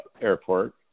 airport